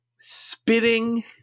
spitting